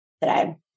today